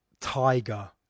tiger